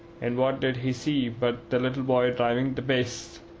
and what did he see but the little boy driving the bastes,